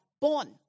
born